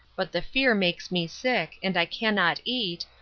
but the fear makes me sick, and i cannot eat,